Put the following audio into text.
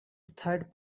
third